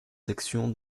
section